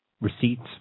receipts